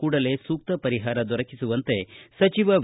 ಕೂಡಲೇ ಸೂಕ್ತ ಪರಿಹಾರ ದೊರಕಿಸುವಂತೆ ಸಚಿವ ವಿ